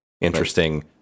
interesting